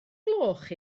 gloch